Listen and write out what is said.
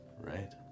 right